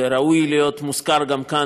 והוא ראוי להיות מוזכר גם כאן,